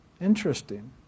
Interesting